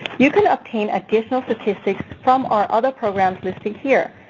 you can obtain additional statistics from our other programs listed here.